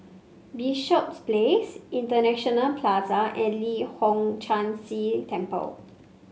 Bishops Place International Plaza and Leong Hong Chan Si Temple